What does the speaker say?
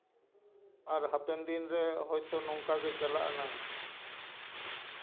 ᱟᱨ ᱦᱟᱯᱮᱱ ᱫᱤᱱ ᱨᱮ ᱦᱳᱭᱛᱳ ᱱᱚᱝᱠᱟ ᱜᱮ ᱪᱟᱞᱟᱜ ᱟᱱᱟᱝ